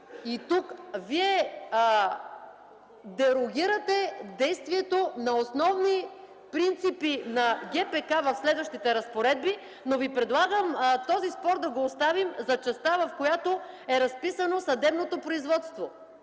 И тук дерогирате действието на основни принципи на ГПК в следващите разпоредби, но Ви предлагам този спор да го оставим за частта, в която е разписано съдебното производство,